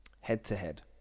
Head-to-head